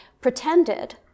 pretended